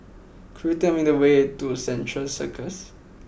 could you tell me the way to Central Circus